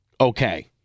okay